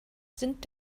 sind